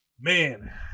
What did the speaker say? Man